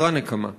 שנקרא "נקמה":